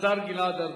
השר גלעד ארדן.